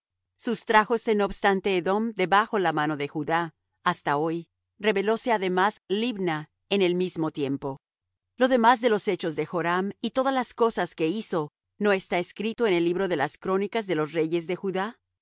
y habitó en casa separada y jotham hijo del rey tenía el cargo del palacio gobernando al pueblo de la tierra lo demás de los hechos de azarías y todas las cosas que hizo no está escrito en el libro de las crónicas de los reyes de judá